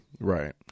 Right